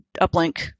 Uplink